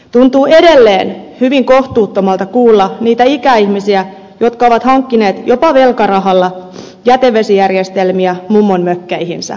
tuntuu edelleen hyvin kohtuuttomalta kuulla niitä ikäihmisiä jotka ovat hankkineet jopa velkarahalla jätevesijärjestelmiä mummonmökkeihinsä